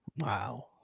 Wow